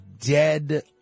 dead